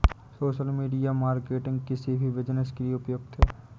social media marketing किसी भी business के लिए उपयुक्त है